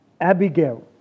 Abigail